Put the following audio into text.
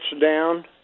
down